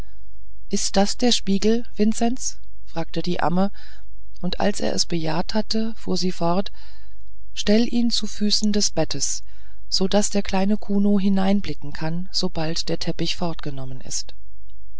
ist das der spiegel vinzenz fragte die amme und als er es bejaht hatte fuhr sie fort stellt ihn zu füßen des bettes so daß der kleine kuno hineinblicken kann sobald der teppich fortgenommen ist